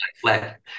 flat